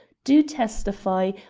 do testify,